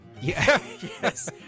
Yes